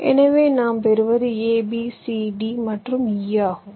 எனவே நாம் பெறுவது a b c d மற்றும் e ஆகும்